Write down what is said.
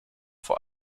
vor